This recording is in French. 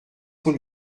qu’on